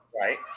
Right